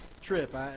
trip